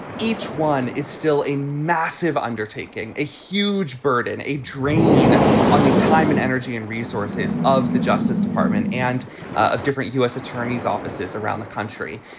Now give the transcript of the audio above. each one is still a massive undertaking, a huge burden, a drain on the time and energy and resources of the justice department and of different u s. attorneys offices around the country.